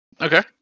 Okay